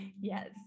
Yes